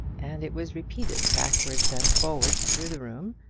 and it was repeated backwards and forwards through the room,